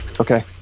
okay